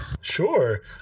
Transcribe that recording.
sure